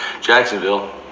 Jacksonville